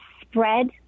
spread